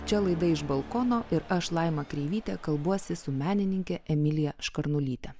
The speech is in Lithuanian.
čia laida iš balkono ir aš laima kreivytė kalbuosi su menininke emilija škarnulyte